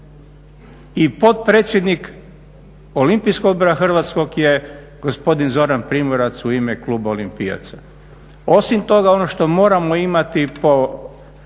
I potpredsjednik Olimpijskog odbora hrvatskog je gospodin Zoran Primorac u ime Kluba olimpijaca. Osim toga, ono što moramo imati po